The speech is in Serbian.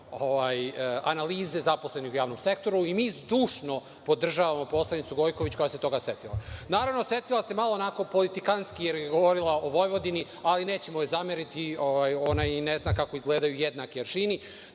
analize zaposlenih u javnom sektoru i mi zdušno podržavamo poslanicu Gojković koja se toga setila. Naravno, setila se malo politikanski jer je govorila o Vojvodini, ali nećemo joj zameriti. Ona i ne zna kako izgledaju jednaki aršini.